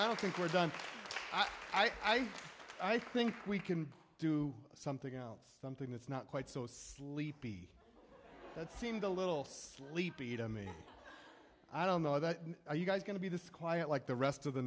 i don't think we're done i think i think we can do something else something that's not quite so sleepy that seemed a little sleepy to me i don't know that you guys going to be this quiet like the rest of the